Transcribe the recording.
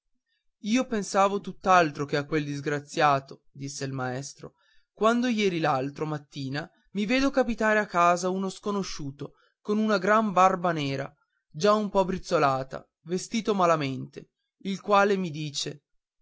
io pensavo a tutt'altro che a quel disgraziato disse il maestro quando ieri l'altro mattina mi vedo capitare a casa uno sconosciuto con una gran barba nera già un po brizzolata vestito malamente il quale mi dice